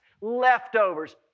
leftovers